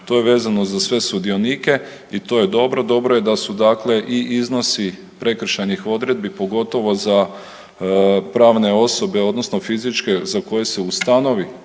To je vezano za sve sudionike i to je dobro. Dobro je da su dakle i iznosi prekršajnih odredbi pogotovo za pravne osobe, odnosno fizičke za koje se ustanovi